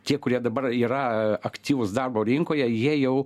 tie kurie dabar yra aktyvūs darbo rinkoje jie jau